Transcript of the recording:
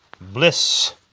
Bliss